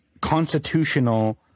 constitutional